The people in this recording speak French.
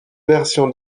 versions